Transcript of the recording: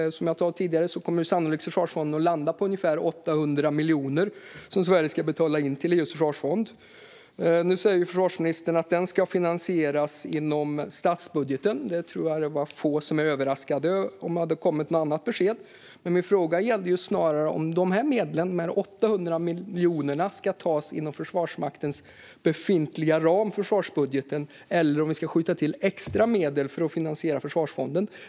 Som jag sa tidigare kommer avgiften till försvarsfonden sannolikt att landa på ungefär 800 miljoner. Det är så mycket Sverige ska betala in till EU:s försvarsfond. Nu säger försvarsministern att detta ska finansieras inom statsbudgeten. Jag tror att det var få som var överraskade av detta besked. Men min fråga gällde snarare om dessa medel, 800 miljoner, ska tas inom Försvarsmaktens befintliga ram för försvarsbudgeten eller om vi ska skjuta till extra medel för att finansiera försvarsfonden.